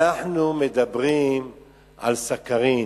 אנחנו מדברים על סכרין.